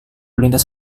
lintas